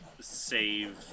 save